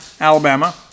Alabama